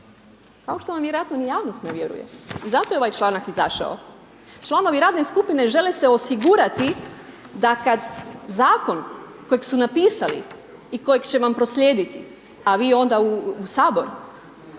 kao što vam vjerojatno ni javnost ne vjeruje i zato je ovaj članak izašao. Članovi radne skupine žele se osigurati da kad Zakon kojeg su napisali i kojeg će vam proslijediti, a vi onda u Sabor,